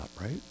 right